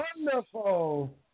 Wonderful